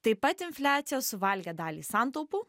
taip pat infliacija suvalgė dalį santaupų